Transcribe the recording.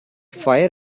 fire